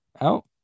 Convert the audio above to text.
out